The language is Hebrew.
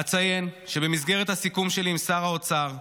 אציין שבמסגרת הסיכום שלי עם שר האוצר,